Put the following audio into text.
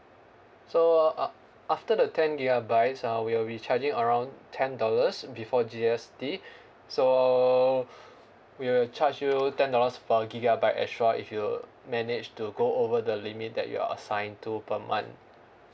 so uh after the ten gigabytes ah we will be charging around ten dollars before G_S_T so we will charge you ten dollars per gigabyte extra if you manage to go over the limit that you're assigned to per month